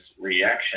reaction